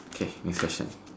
okay next question